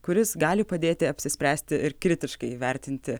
kuris gali padėti apsispręsti ir kritiškai įvertinti